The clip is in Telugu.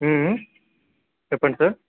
చెప్పండి సార్